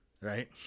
Right